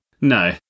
No